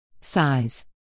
Size